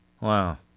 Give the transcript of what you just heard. Wow